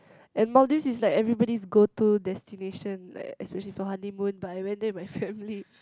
and Maldives is like everybody's go to destination like especially for honeymoon but I went there with my family